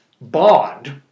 bond